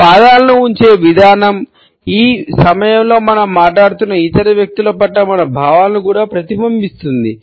మన పాదాలను ఉంచే విధానం ఈ సమయంలో మనం మాట్లాడుతున్న ఇతర వ్యక్తుల పట్ల మన భావాలను కూడా ప్రతిబింబిస్తుంది